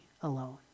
alone